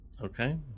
Okay